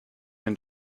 and